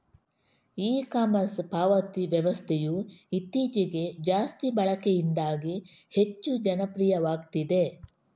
E commerce ಪಾವತಿ ವ್ಯವಸ್ಥೆಯು ಇತ್ತೀಚೆಗೆ ಜಾಸ್ತಿ ಬಳಕೆಯಿಂದಾಗಿ ಹೆಚ್ಚು ಜನಪ್ರಿಯವಾಗ್ತಿದೆ